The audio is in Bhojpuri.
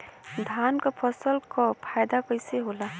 धान क फसल क फायदा कईसे होला?